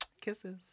Kisses